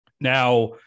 Now